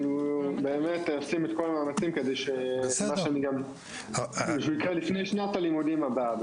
אבל עושים את כל המאמצים כדי שהוא יקרה לפני שנת הלימודים הבאה.